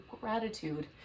gratitude